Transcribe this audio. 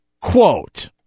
Quote